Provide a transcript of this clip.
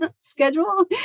schedule